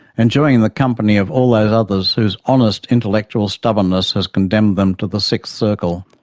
enjoying the company of all those others whose honest intellectual stubbornness has condemned them to the sixth circle.